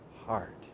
heart